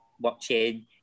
watching